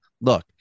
look